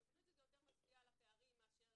אני חושבת שזה יותר מצביע על הפערים מאשר